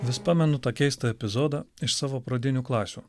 vis pamenu tą keistą epizodą iš savo pradinių klasių